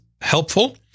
helpful